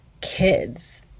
kids